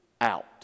out